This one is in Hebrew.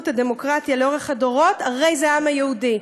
הדמוקרטיה לאורך הדורות הרי זה העם היהודי.